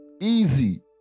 Easy